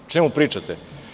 O čemu pričate?